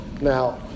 Now